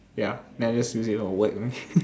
ya then I just it for whack only